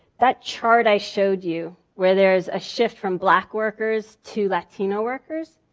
that chart i showed you, where there's a shift from black workers to latino workers,